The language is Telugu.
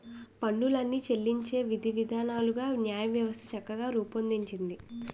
పన్నులు చెల్లించే విధివిధానాలను న్యాయవ్యవస్థ చక్కగా రూపొందించింది